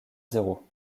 zéro